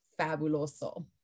fabuloso